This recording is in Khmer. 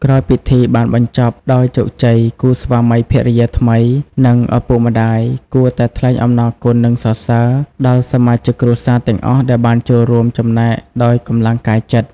ក្រោយពីពិធីបានបញ្ចប់ដោយជោគជ័យ គូស្វាមីភរិយាថ្មី និងឪពុកម្ដាយ គួរតែ ថ្លែងអំណរគុណ និងសរសើរ ដល់សមាជិកគ្រួសារទាំងអស់ដែលបានចូលរួមចំណែកដោយកម្លាំងកាយចិត្ត។